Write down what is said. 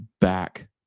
back